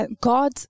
God